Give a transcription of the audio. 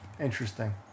Interesting